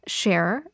share